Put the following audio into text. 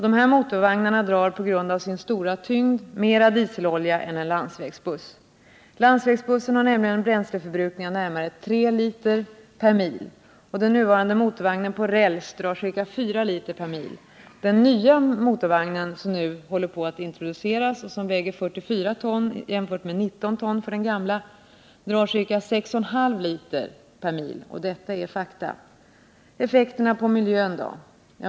Dessa vagnar drar på grund av sin stora tyngd mer dieselolja än en landsvägsbuss. Landsvägsbussen har nämligen en bränsleförbrukning av närmare 3 liter per mil. Den nuvarande motorvagnen på räls drar ca 4 liter per mil. Den nya motorvagnen, som håller på att introduceras och som väger 44 ton jämfört med 19 ton för den gamla, drar ca 6,5 liter per mil. Detta är fakta. Så effekterna på miljön.